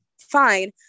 fine